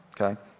okay